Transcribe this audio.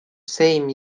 same